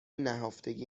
نهفتگی